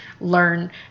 learn